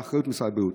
באחריות משרד הבריאות.